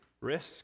risk